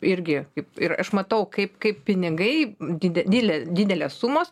irgi kaip ir aš matau kaip kaip pinigai died didele didelės sumos